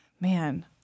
Man